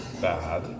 bad